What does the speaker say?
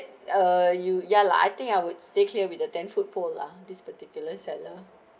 uh you ya lah I think I would stay clear with a ten foot pole lah this particular seller